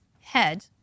head